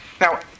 Now